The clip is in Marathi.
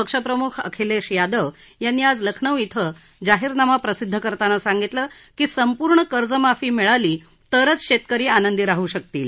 पक्षप्रमुख अखिलेश यादव यांनी आज लखनौ इथं जाहीरनामा प्रसिद्ध करताना सांगितलं की संपूर्ण कर्ज माफी मिळाली तरच शेतकरी आनंदी राहू शकतील